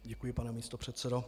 Děkuji, pane místopředsedo.